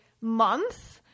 month